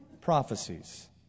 prophecies